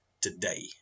today